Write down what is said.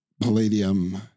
Palladium